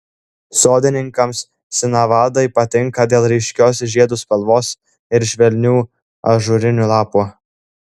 sodininkams sinavadai patinka dėl ryškios žiedų spalvos ir švelnių ažūrinių lapų